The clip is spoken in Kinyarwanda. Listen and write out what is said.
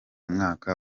mwaka